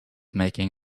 making